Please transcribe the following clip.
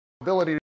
ability